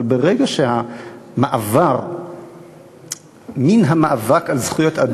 אבל ברגע שהמעבר מן המאבק על זכויות אדם